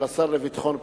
לשר לביטחון פנים,